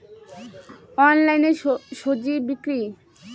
অনলাইনে স্বজি বিক্রি?